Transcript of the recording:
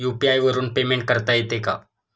UPI वरून payment करता येते का?